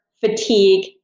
fatigue